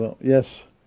Yes